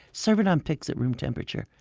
serve it on picks at room temperature.